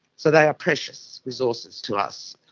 so they are precious resources to us.